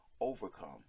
overcome